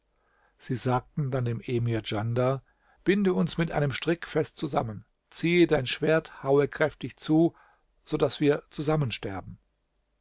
sie sagten dann dem emir djandar binde uns mit einem strick fest zusammen ziehe dein schwert haue kräftig zu so daß wir